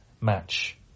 match